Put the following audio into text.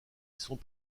sont